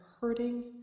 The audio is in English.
hurting